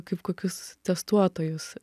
kaip kokius testuotojus